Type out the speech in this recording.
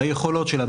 ביכולות שלה,